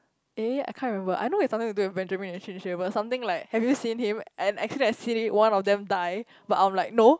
eh I can't remember I know it's something to do with Benjamin and Xin-Xue but something like have you seen him and actually I seen one of them die but I'm like no